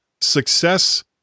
success